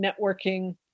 networking